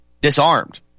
disarmed